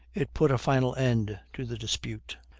it put a final end to the dispute.